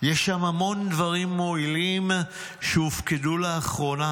יש שם המון דברים מועילים שהופקדו לאחרונה.